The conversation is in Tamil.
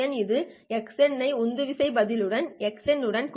இது x ஐ உந்துவிசை பதிலுடன் h உடன் குறிக்கும்